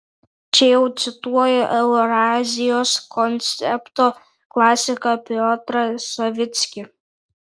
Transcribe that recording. čia jau cituoju eurazijos koncepto klasiką piotrą savickį